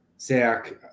Zach